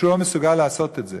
והוא לא מסוגל לעשות את זה.